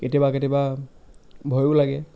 কেতিয়াবা কেতিয়াবা ভয়ো লাগে